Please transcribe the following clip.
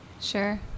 Sure